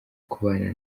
kubana